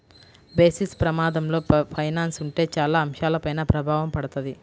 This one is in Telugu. బేసిస్ ప్రమాదంలో ఫైనాన్స్ ఉంటే చాలా అంశాలపైన ప్రభావం పడతది